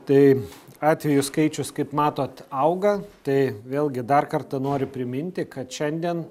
tai atvejų skaičius kaip matot auga tai vėlgi dar kartą noriu priminti kad šiandien